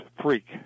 freak